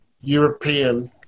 European